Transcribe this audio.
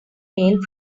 mail